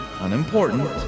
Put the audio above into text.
unimportant